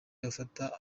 bafata